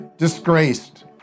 Disgraced